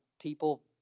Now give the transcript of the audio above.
people